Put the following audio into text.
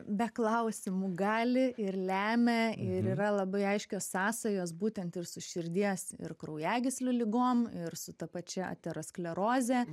be klausimų gali ir lemia ir yra labai aiškios sąsajos būtent ir su širdies ir kraujagyslių ligom ir su ta pačia ateroskleroze